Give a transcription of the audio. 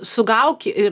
sugauk ir